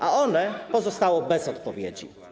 A ono pozostało bez odpowiedzi.